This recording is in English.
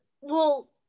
well-